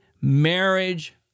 marriage